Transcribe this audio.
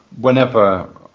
whenever